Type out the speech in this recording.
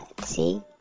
see